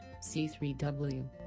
C3W